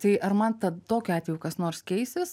tai ar man tad tokiu atveju kas nors keisis